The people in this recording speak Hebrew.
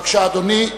בבקשה, אדוני.